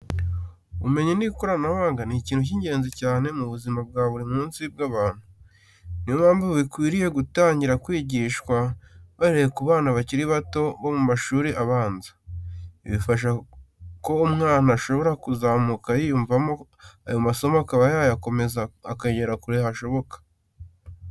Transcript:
Ubumenyi n'ikoranabuhanga ni ikintu cy'ingenzi cyane mu buzima bwa buri munsi bw'abantu. Ni yo mpamvu bikwiriye gutangira kwigishwa bahereye ku bana bakiri bato bo mu mashuri abanza. Ibi bifasha ko umwana ashobora kuzamuka yiyumvamo ayo masomo, akaba yayakomeza akagera kure hashoboka.